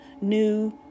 new